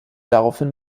daraufhin